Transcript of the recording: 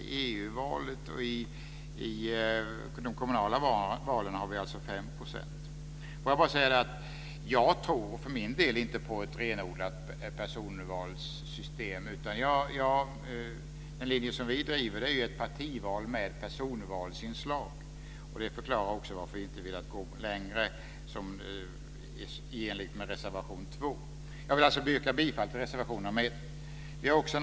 I EU-valet och i de kommunala valen har vi en spärr på 5 %. Jag tror för min del inte på ett renodlat personvalssystem. Den linje som vi driver är ett partival med personvalsinslag. Det förklarar också varför vi inte har velat gå längre i enlighet med reservation 2. Jag vill alltså yrka bifall till reservation 1.